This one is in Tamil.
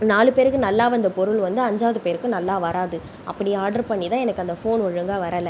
நாலு பேருக்கு நல்லா வந்த பொருள் வந்து அஞ்சாவது பேருக்கு நல்லா வராது அப்படி ஆர்ட்ரு பண்ணி தான் எனக்கு அந்த ஃபோன் ஒழுங்கா வரலை